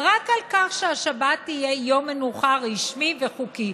רק על כך שהשבת תהיה יום מנוחה רשמי וחוקי.